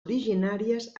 originàries